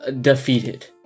defeated